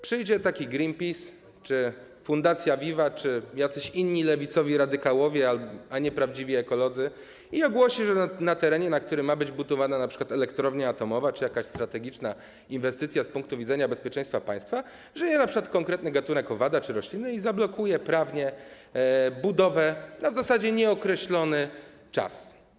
Przyjdzie taki Greenpeace czy Fundacja VIVA, czy jacyś inni lewicowi radykałowie, a nie prawdziwi ekolodzy i ogłosi, że na terenie, na którym ma być budowana np. elektrownia atomowa czy jakaś strategiczna inwestycja z punktu widzenia bezpieczeństwa państwa, żyje np. konkretny gatunek owada czy rośliny, i zablokuje prawnie budowę na w zasadzie nieokreślony czas.